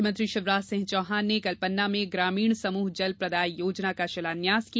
मुख्यमंत्री शिवराज सिंह चौहान ने कल पन्ना में ग्रामीण समूह जल प्रदाय योजना का शिलान्यास किया